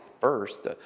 first